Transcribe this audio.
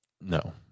No